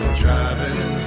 driving